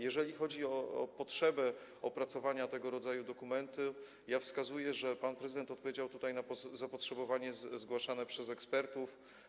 Jeżeli chodzi o potrzebę opracowania tego rodzaju dokumentu, ja wskazuję, że pan prezydent odpowiedział tutaj na zapotrzebowanie zgłaszane przez ekspertów.